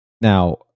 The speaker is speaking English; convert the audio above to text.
Now